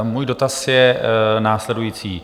Můj dotaz je následující.